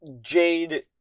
Jade